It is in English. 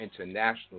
International